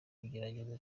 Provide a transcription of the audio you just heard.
gutegera